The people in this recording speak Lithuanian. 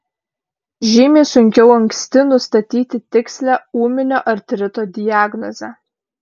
žymiai sunkiau anksti nustatyti tikslią ūminio artrito diagnozę